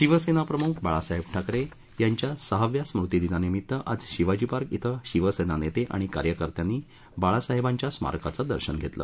शिवसेनाप्रमुख बाळासाहेब ठाकरे यांच्या सहाव्या स्मृतिदिनानिमित्त आज शिवाजीपार्क ध्वं शिवसेना नेते आणि कार्यकर्त्यांनी बाळासाहेबांच्या स्मारकाचं दर्शन घेतलं